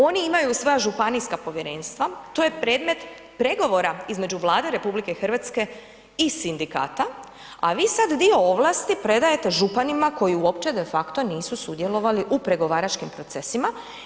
Oni imaju svoja županijska povjerenstva, to je predmet pregovora između Vlade RH i sindikata a vi sad dio ovlasti predajete županima koji uopće de facto nisu sudjelovali u pregovaračkim procesima.